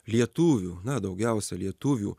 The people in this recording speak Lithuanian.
lietuvių na daugiausia lietuvių